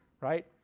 right